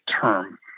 term